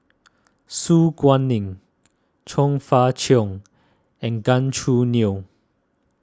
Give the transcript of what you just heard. Su Guaning Chong Fah Cheong and Gan Choo Neo